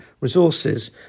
resources